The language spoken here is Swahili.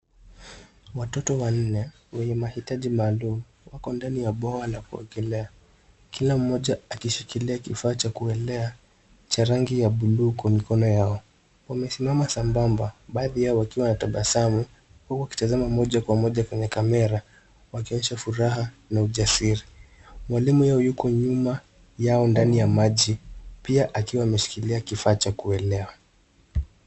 Watoto wanne, wenye mahitaji maalum. wako ndani ya bwawa la kuogelea kila mmoja akishikilia kifaa cha kuelea cha rangi ya buluu kwa mikono yao. Wamesimama sambamba baadhi yao wakiwa wanatabasamu huku wakitazama moja kwa moja kwenye kamera wakionyesha furaha na ujasiri. Walimu wao yuko nyuma yao ndani ya maji pia akiwa ameshikilia kifaa cha kuelea.